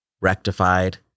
rectified